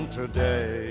today